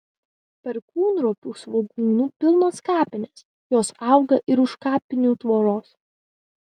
perkūnropių svogūnų pilnos kapinės jos auga ir už kapinių tvoros